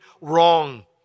wrong